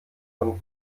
von